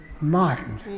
mind